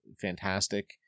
fantastic